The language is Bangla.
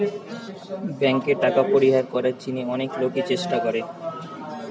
বেঙ্কে ট্যাক্স পরিহার করার জিনে অনেক লোকই চেষ্টা করে